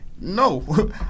No